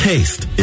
Taste